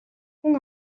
хүн